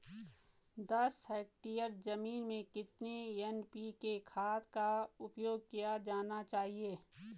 दस हेक्टेयर जमीन में कितनी एन.पी.के खाद का उपयोग किया जाना चाहिए?